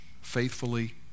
faithfully